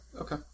okay